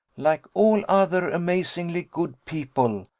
like all other amazingly good people,